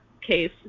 case